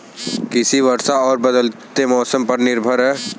कृषि वर्षा और बदलते मौसम पर निर्भर है